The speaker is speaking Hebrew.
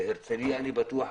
ובהרצליה, אני בטוח.